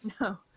No